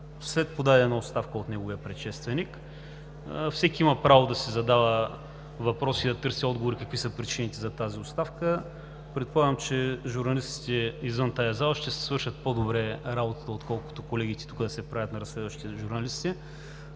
след подадена оставка от неговия предшественик. Всеки има право да си задава въпроси и да търси отговори какви са причините за тази оставка. Предполагам, че журналистите извън тази зала ще си свършат по-добре работата, отколкото колегите тук да се правят на разследващи журналисти.